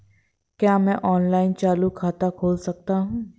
क्या मैं ऑनलाइन चालू खाता खोल सकता हूँ?